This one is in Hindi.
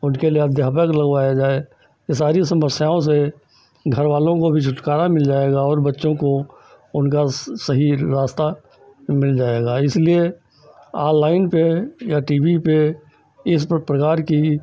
उनके लिए अध्यापक लगवाया जाए इन सारी समस्याओं से घरवालों को भी छुटकारा मिल जाएगा और बच्चों को उनका सही रास्ता मिल जाएगा इसलिए ऑनलाइन पर या टी वी पर इस प्रकार की